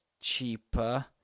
cheaper